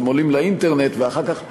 הם עולים לאינטרנט ואחר כך,